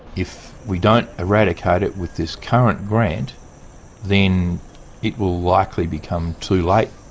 if we don't eradicate it with this current grant then it will likely become too like